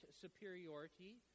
superiority